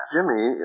Jimmy